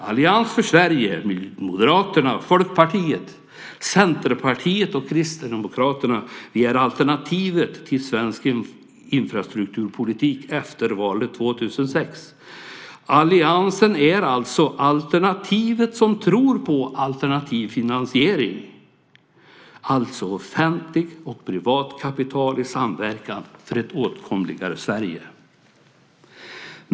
Allians för Sverige, Moderaterna, Folkpartiet, Centerpartiet och Kristdemokraterna, är alternativet till svensk infrastrukturpolitik efter valet 2006. Alliansen är alltså alternativet som tror på alternativ finansiering, offentligt och privat kapital i samverkan för ett åtkomligare Sverige.